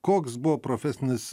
koks buvo profesinis